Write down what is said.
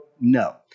No